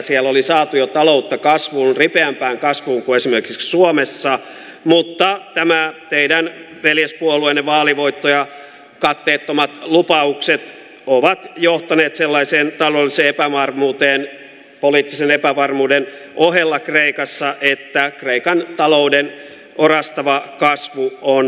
siellä oli saatu jo taloutta kasvuun ripeämpään kasvuun kuin esimerkiksi suomessa mutta tämän teidän veljespuolueenne vaalivoittajan katteettomat lupaukset ovat johtaneet sellaiseen taloudelliseen epävarmuuteen poliittisen epävarmuuden ohella kreikassa että kreikan talouden orastava kasvu on supistunut